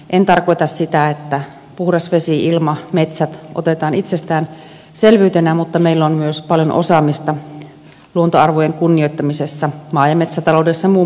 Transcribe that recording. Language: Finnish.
en tarkoita sitä että puhdas vesi ilma metsät otetaan itsestäänselvyytenä mutta meillä on myös paljon osaamista luontoarvojen kunnioittamisessa maa ja metsätaloudessa muun muassa